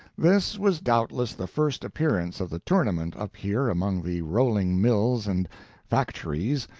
this was doubtless the first appearance of the tournament up here among the rolling-mills and factories,